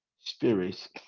spirits